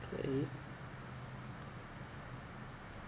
K